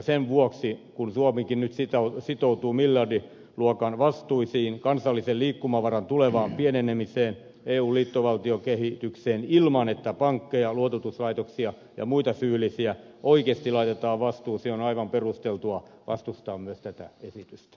sen vuoksi kun suomikin nyt sitoutuu miljardiluokan vastuisiin kansallisen liikkumavaran tulevaan pienenemiseen eun liittovaltiokehitykseen ilman että pankkeja luototuslaitoksia ja muita syyllisiä oikeasti laitetaan vastuuseen on aivan perusteltua vastustaa myös tätä esitystä